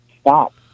stop